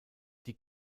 die